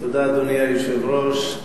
אדוני היושב-ראש,